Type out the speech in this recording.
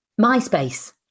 MySpace